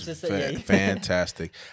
fantastic